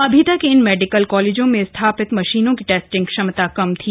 अभी तक इन मेडिकल कालेजों में स्थापित मशीनों की टेस्टिंग क्षमता कम थी